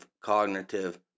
cognitive